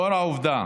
לאור העובדה